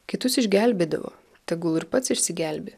kitus išgelbėdavo tegul ir pats išsigelbėti